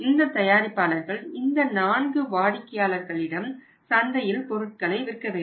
இந்த தயாரிப்பாளர்கள் இந்த 4 வாடிக்கையாளர்களிடம் சந்தையில் பொருட்களை விற்க வேண்டும்